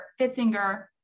Fitzinger